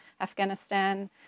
Afghanistan